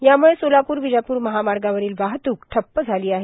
यामुळे सोलापूर र्वजापूर महामागावरोल वाहतूक ठप्प झालो आहे